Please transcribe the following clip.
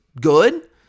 good